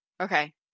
Okay